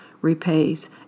repays